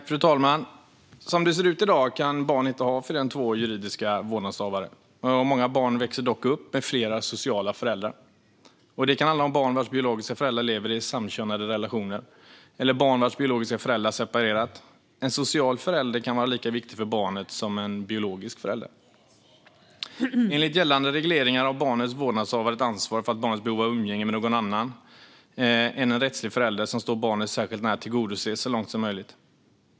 Fru talman! Som det ser ut i dag kan ett barn inte ha fler än två juridiska vårdnadshavare. Många barn växer dock upp med flera sociala föräldrar. Det kan handla om barn vars biologiska föräldrar lever i samkönade relationer eller barn vars biologiska föräldrar separerat. En social förälder kan vara lika viktig för barnet som en biologisk förälder. Enligt gällande regleringar har barnets vårdnadshavare ansvar för att barnets behov av umgänge med någon som står det särskilt nära men inte är rättslig förälder tillgodoses så långt som möjligt.